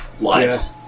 life